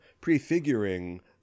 prefiguring